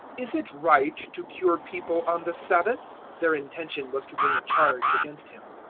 is it right to cure people on the sabbath? their intention was to bring a charge against him.